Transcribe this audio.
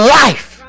life